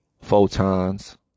photons